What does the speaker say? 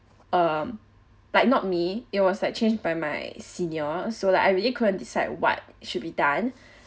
um like not me it was like changed by my seniors so like I really couldn't decide what should be done